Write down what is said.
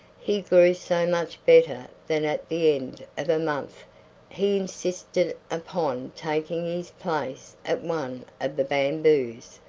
he grew so much better that at the end of a month he insisted upon taking his place at one of the bamboos,